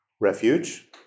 refuge